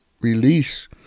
release